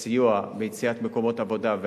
בסיוע ליצירת מקומות עבודה,